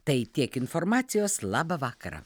tai tiek informacijos labą vakarą